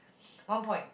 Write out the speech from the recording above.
one point